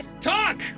talk